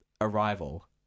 Arrival